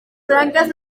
branques